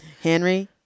Henry